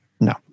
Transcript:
No